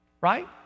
right